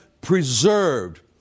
preserved